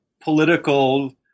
political